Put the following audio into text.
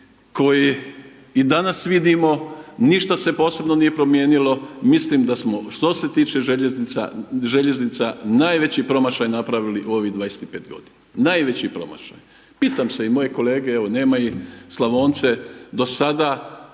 koji i danas vidimo, ništa se posebno nije promijenilo, mislim da smo što se tiče željeznica najveći promašaj napravili u ovih 25 godina, najveći promašaj. Pitam se i moje kolege, evo nema ih, Slavonce do sada